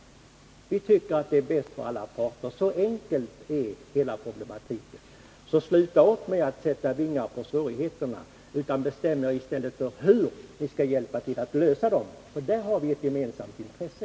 Enligt vår åsikt är det bäst för alla parter — så enkel är problematiken. Sluta därför upp med att sätta vingar på svårigheterna. Bestäm er i stället för hur ni skall hjälpa till att lösa dem. Här har vi ett gemensamt intresse.